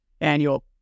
annual